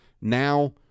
Now